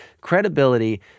credibility